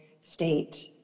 state